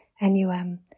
NUM